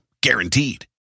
Guaranteed